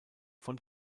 von